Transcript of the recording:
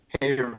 hey